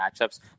matchups